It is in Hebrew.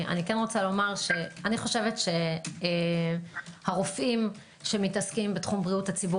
אני חושבת שהרופאים שמתעסקים בתחום בריאות הציבור